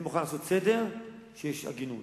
אני מוכן לעשות סדר כשיש הגינות,